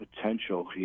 potential